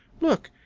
look!